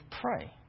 pray